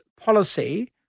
policy